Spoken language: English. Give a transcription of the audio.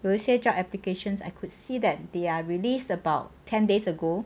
有一些 job applications I could see that they are released about ten days ago